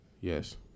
Yes